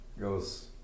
goes